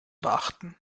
beachten